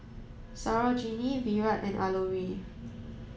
Sarojini Virat and Alluri